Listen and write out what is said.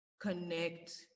connect